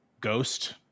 Ghost